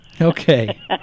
Okay